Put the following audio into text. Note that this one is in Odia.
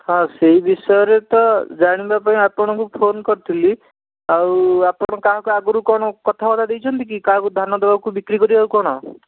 ହଁ ସେଇ ବିଷୟରେ ତ ଜାଣିବା ପାଇଁ ଆପଣଙ୍କୁ ଫୋନ୍ କରିଥିଲି ଆଉ ଆପଣ କାହାକୁ ଆଗରୁ କ'ଣ କଥାବାର୍ତ୍ତା ଦେଇଛନ୍ତି କି କାହାକୁ ଧାନ ଦବାକୁ ବିକ୍ରି କରିବାକୁ କ'ଣ